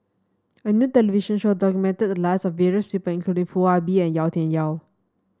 a new television show documented the lives of various people including Foo Ah Bee and Yau Tian Yau